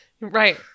right